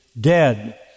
dead